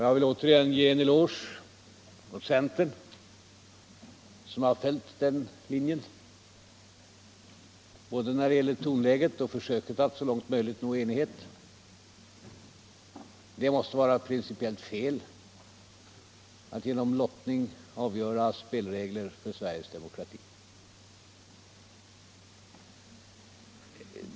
Jag vill återigen ge en eloge till centern som har följt den linjen, både när det gäller tonläge och försök att nå största möjliga enighet. Det måste vara principiellt fel att genom lottning avgöra spelregler för Sveriges demokrati.